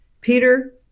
Peter